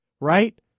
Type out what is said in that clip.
right